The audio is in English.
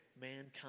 mankind